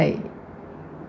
like